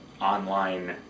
online